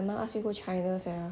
my mom ask me to go china sia